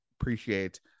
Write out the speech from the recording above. appreciate